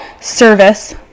service